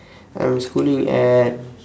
I'm schooling at